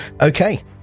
Okay